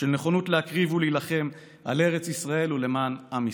של נכונות להקריב ולהילחם על ארץ ישראל ולמען עם ישראל.